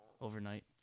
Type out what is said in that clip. overnight